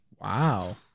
Wow